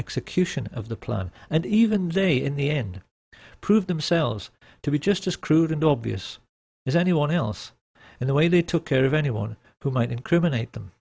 execution of the plan and even they in the end proved themselves to be just as crude and obvious as anyone else and the way they took care of anyone who might incriminate them